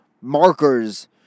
markers